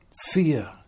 Fear